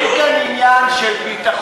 אין כאן עניין של ביטחון.